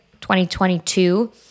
2022